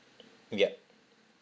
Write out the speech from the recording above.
yup